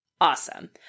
Awesome